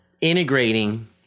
integrating